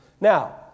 Now